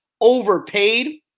overpaid